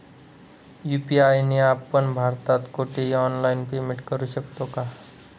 UPI ने आपण भारतात कुठेही ऑनलाईन पेमेंट करु शकतो का?